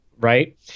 Right